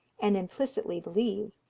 and implicitly believe,